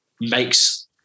makes